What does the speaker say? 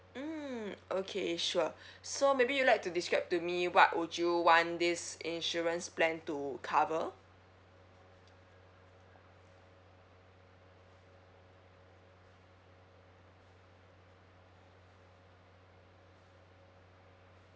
mm okay sure so maybe you'd like to describe to me what would you want this insurance plan to cover